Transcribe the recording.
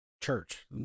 Church